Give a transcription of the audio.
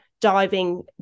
diving